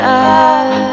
up